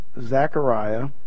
Zechariah